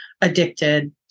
addicted